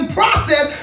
process